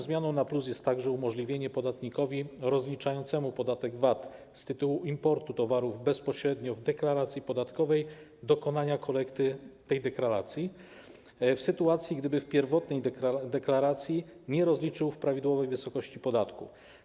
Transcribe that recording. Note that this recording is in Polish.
Zmianą na plus jest także umożliwienie podatnikowi rozliczającemu podatek VAT z tytułu importu towarów bezpośrednio w deklaracji podatkowej dokonania korekty tej deklaracji w sytuacji, gdyby w pierwotnej deklaracji nie rozliczył w prawidłowej wysokości podatku.